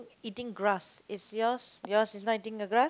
eating grass its yours yours is not eating the grass